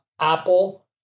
Apple